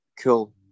cool